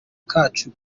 kacu